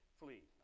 flee